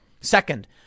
Second